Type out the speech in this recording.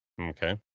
Okay